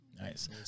Nice